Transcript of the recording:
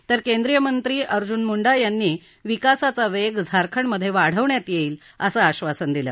तर केंद्रीय मंत्री अर्जुन मुंडा यांनी विकासाचा वेग झारखंडमधे वाढवण्यात येईल असं आबासन दिलं